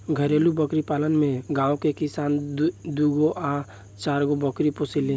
घरेलु बकरी पालन में गांव के किसान दूगो आ चारगो बकरी पोसेले